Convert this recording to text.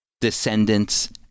descendants